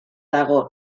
dago